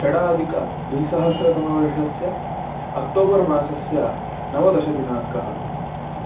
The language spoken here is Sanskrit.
षडधिक द्विसहस्रतमवर्षस्य अक्टोबर् मासस्य नवदशदिनाङ्कः